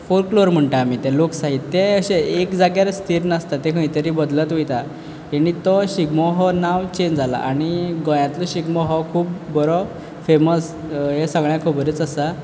folklore म्हणटा आमी ते लोकसाहित्य तें अशें एक जाग्यार स्थीर नासता तें खंय तरी बदलत वयता तो शिगमो हो नांव चेंज जालां आनी गोंयांतलो शिगमो हो खूब बरो फेमस हें सगळ्यांक खबरूच आसा